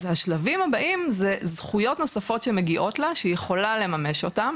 אז השלבים הבאים אלו זכויות נוספות שמגיעות לה שהיא יכולה לממש אותם,